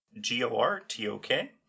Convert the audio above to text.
G-O-R-T-O-K